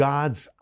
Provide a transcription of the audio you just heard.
God's